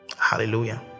hallelujah